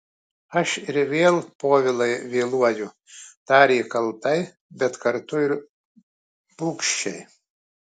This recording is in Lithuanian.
aš ir vėl povilai vėluoju tarė kaltai bet kartu ir bugščiai